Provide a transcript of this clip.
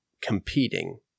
competing